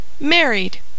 Married